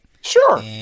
Sure